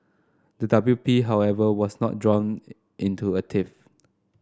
the W P However was not drawn it into a tiff